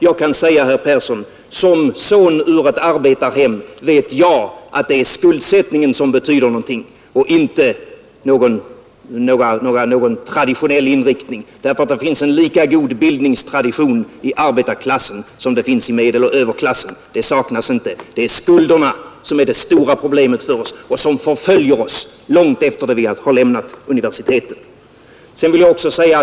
Jag kan säga herr Persson att som son i ett arbetarhem vet jag att det är skuldsättningen som betyder någonting och inte någon traditionell inriktning. Det finns en lika god bildningstradition hos arbetarklassen som det finns hos medeloch överklassen. Traditionen saknas inte; det är skulderna som är det stora problemet för oss och som förföljer oss långt efter det att vi har lämnat universiteten.